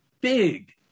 big